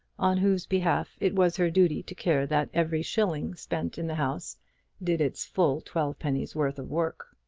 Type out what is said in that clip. on whose behalf it was her duty to care that every shilling spent in the house did its full twelve pennies' worth of work.